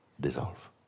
dissolve